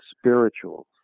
spirituals